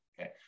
okay